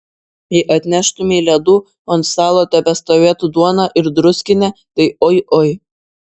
jei atneštumei ledų o ant stalo tebestovėtų duona ir druskinė tai oi oi